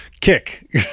kick